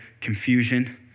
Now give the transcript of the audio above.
confusion